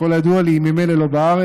שככל הידוע לי היא ממילא לא בארץ,